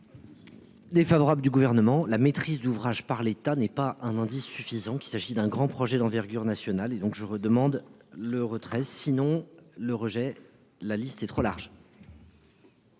Défavorable du gouvernement la maîtrise d'ouvrage par l'État n'est pas un indice suffisant, qu'il s'agit d'un grand projet d'envergure nationale et donc je redemande le retrait sinon le rejet, la liste est trop large.